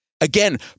again